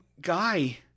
guy